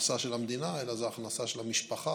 ההכנסה של המדינה אלא זה ההכנסה של המשפחה,